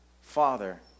Father